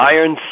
Iron